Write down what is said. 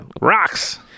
Rocks